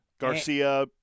Garcia